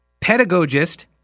pedagogist